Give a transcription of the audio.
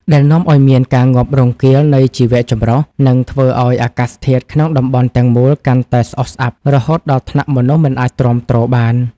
ដែលនាំឱ្យមានការងាប់រង្គាលនៃជីវៈចម្រុះ និងធ្វើឱ្យអាកាសធាតុក្នុងតំបន់ទាំងមូលកាន់តែស្អុះស្អាប់ រហូតដល់ថ្នាក់មនុស្សមិនអាចទ្រាំទ្របាន។